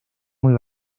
muy